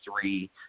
three